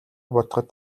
бодоход